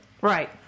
Right